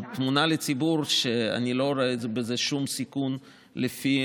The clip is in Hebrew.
לציבור תמונה שאני לא רואה בזה שום סיכון לפי